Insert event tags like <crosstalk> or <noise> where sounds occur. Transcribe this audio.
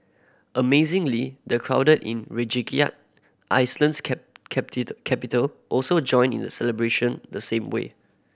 amazingly the crowded in Reykjavik Iceland's <unintelligible> capital also joined in the celebration the same way